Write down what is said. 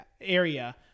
area